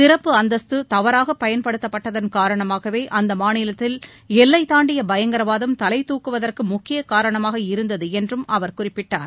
சிறப்பு அந்தஸ்து தவறாக பயன்படுத்தப்பட்டதன் காரணமாகவே அம்மாநிலத்தில் எல்லை தாண்டிய பயங்கரவாதம் தலை தூக்குவதற்கு முக்கிய காரணமாக இருந்தது என்றும் அவர் குறிப்பிட்டார்